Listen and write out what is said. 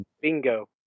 Bingo